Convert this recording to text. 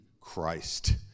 Christ